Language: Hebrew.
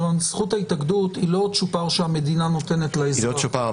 זכות ההתאגדות היא לא צ'ופר שהמדינה נותנת לאזרח.